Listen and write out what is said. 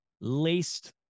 laced